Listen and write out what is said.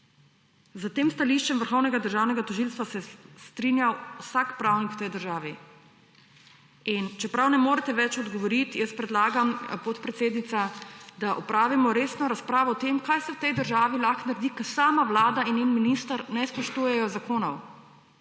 S tem stališčem Vrhovnega državnega tožilstva se je strinjal vsak pravnik v tej državi. Ker ne morete več odgovoriti, predlagam podpredsednici, da opravimo resno razpravo o tem, kaj se v tej državi lahko naredi, ko sama Vlada in njen minister ne spoštujeta zakonov.